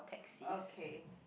okay